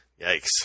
Yikes